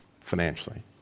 financially